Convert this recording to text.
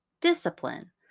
discipline